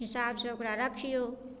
हिसाबसँ ओकरा रखियौ